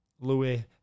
Louis